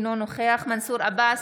אינו נוכח מנסור עבאס,